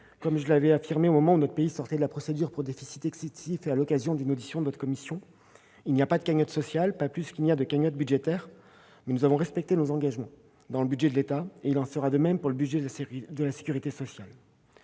dire devant vous au moment où notre pays est sorti de la procédure pour déficit excessif, ainsi qu'à l'occasion d'une audition devant votre commission, il n'y a pas de cagnotte sociale, pas plus qu'il n'existe de cagnotte budgétaire. En revanche, nous avons respecté nos engagements s'agissant du budget de l'État, et il en sera de même pour le budget de la sécurité sociale.